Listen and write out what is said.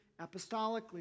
apostolically